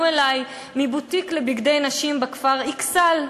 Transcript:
פנו אלי מבוטיק לבגדי נשים בכפר אכסאל,